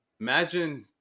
imagine